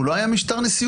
הוא לא היה משטר נשיאותי.